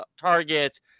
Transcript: targets